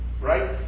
Right